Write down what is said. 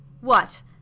What